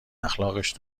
اخلاقشه